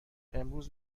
امروز